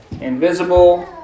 invisible